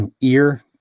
ear